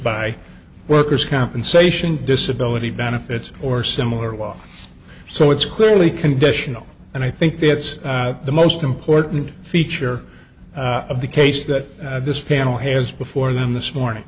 by workers compensation disability benefits or similar law so it's clearly conditional and i think that's the most important feature of the case that this panel has before them this morning